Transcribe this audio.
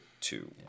two